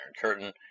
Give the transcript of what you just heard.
Curtain